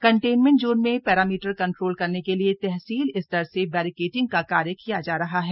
containment zone में parameter control करने के लिए तहसील स्तर से बैरीकेटिंग का कार्य किया जा रहा है